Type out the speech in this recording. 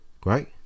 great